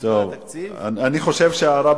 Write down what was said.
יודע מה